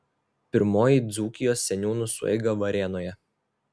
pirmoji dzūkijos seniūnų sueiga varėnoje